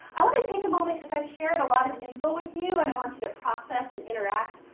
i wanna take a moment because i've shared a lot of info with you and i want you to process, and interact,